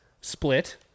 split